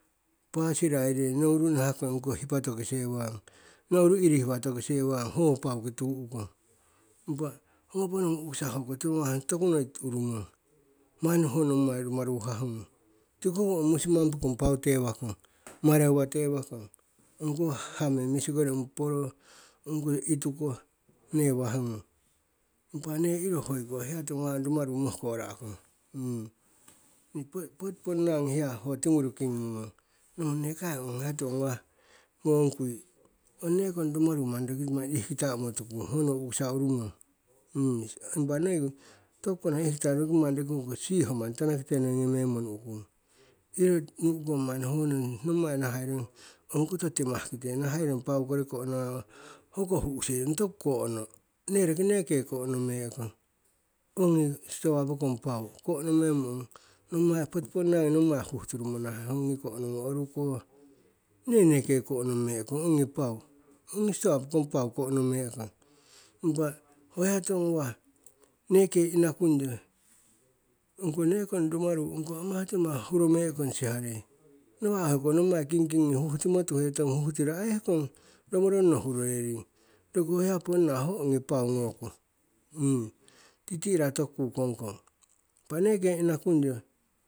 Pa sirai re nouru nahakong ongkoh hipa tokisewang, nouru irihwa tokisewang, ho pau ki tuu'kong. Impa honoponogu u'kisa tiwo ngawah toku noi urumong, manni ho nommai rumaruhah ngung, tiko hoko ong musimang pokong pau tewakong mareuwa tewakong, ongkoh hame misi koring, ong poro, ong koh ituko newah ngung. Impa ne iro hoiko hiya tiwongawah rumaru mohko'ra'kong. Nii pot poti ponnangi hiya hoko timuru kingungong, nohungong nekai onghiya tiwongawah ngongkui ong nekong rumaru manni roki manni ihkita'mo tukung hono u'kisa urumong. Impa noiko tokuko nahah ihkita roki ongko siho manni tanakite noi ngomem'onu'kung. impa manni nommai nahairong ongkoto timah kite nahairong paukori ko'nangang hoko hu'se ong toku ko'no nee roki neekee ko'nome'kong ongi stoa pokong pau ko'nomem'o poti ponangi nommai huhturungmo nahah ongi ko'nomung, oruko neneke ko'neme'kong ongi pau. ongi stoa pokong pau ko; nome'kong. Impa ho hiya tiwo ngawah neke inakungyo ongko nekong rumnaru ongko nekong hurome'kong siharei nawa' hoko nommai kingkingi huhtimotuhetong, huhtiro ai ehkong noworingno hurorehni. Roki hiya ponna ho ongi pau ngokong. Titi'ra toku kukongkong, impa nee kee ina kunyo.